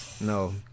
No